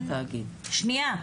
שנייה.